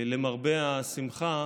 למרבה השמחה,